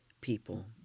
people